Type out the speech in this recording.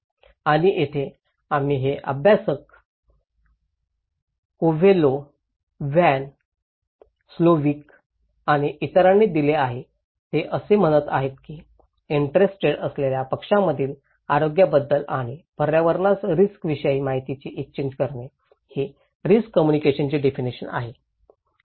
आणि येथे आम्ही हे अभ्यासक कोवेल्लो व्हॉन स्लोव्हिक आणि इतरांनी दिले आणि ते असे म्हणत आहेत की इंटरेस्टेड असणार्या पक्षांमधील आरोग्याबद्दल आणि पर्यावरणास रिस्क विषयी माहितीची एक्सचेन्ज करणे ही रिस्क कम्युनिकेशनची डेफिनेशन आहे